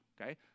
okay